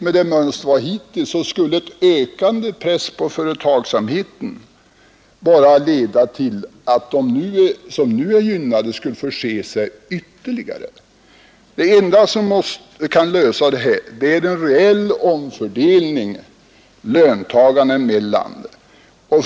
Med det mönster vi haft hittills skulle en ökande press på företagsamheten bara leda till att de som nu är gynnade skulle förse sig ytterligare. Det enda som kan lösa detta problem är en reell omfördelning löntagarna emellan.